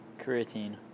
creatine